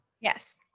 Yes